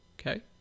Okay